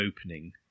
opening